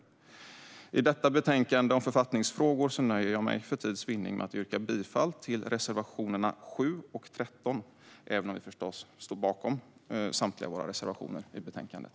I debatten om detta betänkande om författningsfrågor nöjer jag mig med, för tids vinning, att yrka bifall till reservationerna 7 och 13, även om vi förstås fortfarande står bakom samtliga våra reservationer till betänkandet.